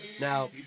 Now